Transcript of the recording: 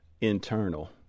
internal